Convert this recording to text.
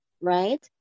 right